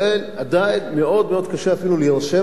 עדיין מאוד מאוד קשה אפילו להירשם לתחרות.